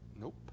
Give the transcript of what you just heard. Nope